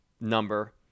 number